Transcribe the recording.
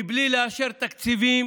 בלי לאשר תקציבים